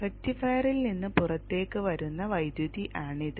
റക്റ്റിഫയറിൽ നിന്ന് പുറത്തേക്ക് വരുന്ന വൈദ്യുതി ആണിത്